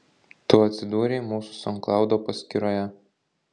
tu atsidūrei mūsų saundklaudo paskyroje